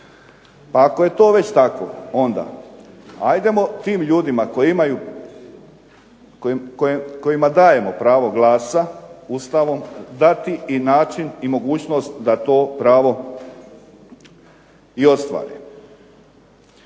Pa ako je to već tako, onda ajdemo tim ljudima koji imaju, kojima dajemo pravo glasa Ustavom dati i način i mogućnost da to pravo i ostvare.